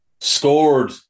Scored